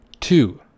Two